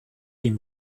dem